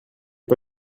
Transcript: pas